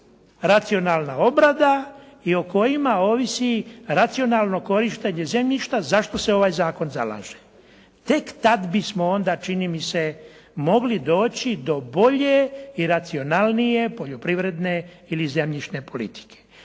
racionalna obrada i o kojima ovisi racionalno korištenje zemljišta za što se ovaj zakon zalaže. Tek tad bi smo onda čini mi se mogli doći do bolje i racionalne poljoprivredne ili zemljišne politike.